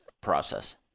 process